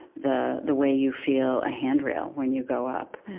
the the way you feel a handrail when you go up.